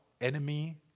enemy